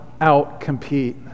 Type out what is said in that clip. out-compete